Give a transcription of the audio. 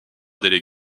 maires